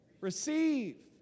receive